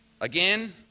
again